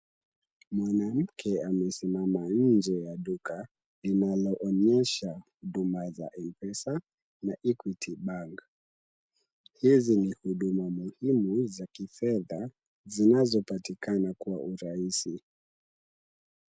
Mwanamke amesimama nje ya duka linaloonyesha huduma za M-Pesa na Equity Bank. Hizi ni huduma muhimu za kifedha zinazopatikana kwa urahisi.